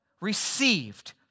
received